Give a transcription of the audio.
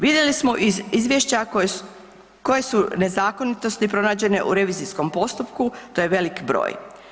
Vidjeli smo iz izvješća koje su nezakonitosti pronađene u revizijskom postupku, to je velik broj.